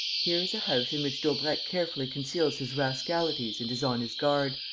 here is a house in which daubrecq carefully conceals his rascalities and is on his guard,